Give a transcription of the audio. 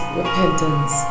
repentance